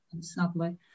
sadly